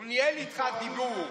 הוא ניהל איתך דיבור,